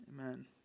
Amen